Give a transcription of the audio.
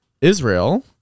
Israel